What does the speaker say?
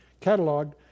cataloged